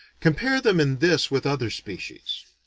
compare them in this with other species.